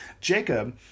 Jacob